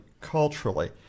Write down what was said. culturally